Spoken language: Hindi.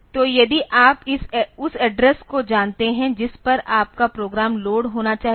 तो यदि आप उस एड्रेस को जानते हैं जिस पर आपका प्रोग्राम लोड होना चाहिए